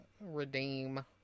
redeem